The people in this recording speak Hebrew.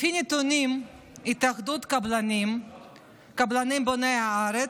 לפי הנתונים של התאחדות הקבלנים בוני הארץ,